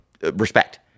respect